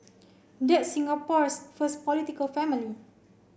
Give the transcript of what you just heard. that's Singapore's first political family